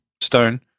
Stone